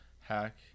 hack